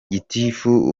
gitifu